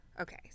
Okay